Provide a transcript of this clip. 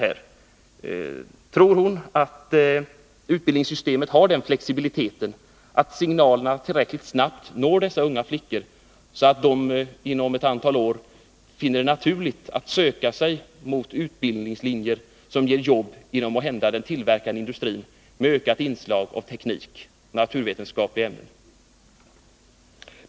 Tror statsrådet att utbildningssystemet har den nödvändiga flexibiliteten och att signalerna tillräckligt snabbt når dessa unga flickor, så att de inom ett antal år finner det naturligt att söka sig till utbildningslinjer med ökat inslag av tekniska och naturvetenskapliga ämnen som ger jobb inom måhända den tillverkande industrin?